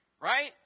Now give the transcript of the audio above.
Right